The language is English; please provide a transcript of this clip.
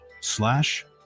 slash